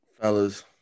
fellas